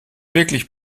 wirklich